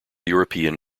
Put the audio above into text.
european